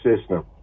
system